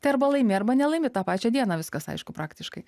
tai arba laimi arba nelaimi tą pačią dieną viskas aišku praktiškai